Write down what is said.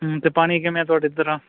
ਅਤੇ ਪਾਣੀ ਕਿਵੇਂ ਤੁਹਾਡੇ ਤਰਾਂ